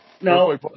no